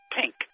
Pink